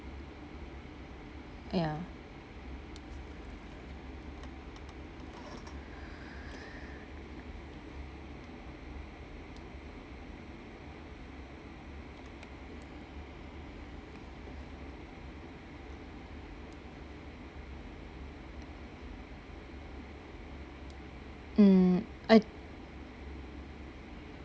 ya mm I